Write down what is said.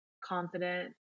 confident